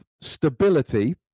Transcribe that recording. stability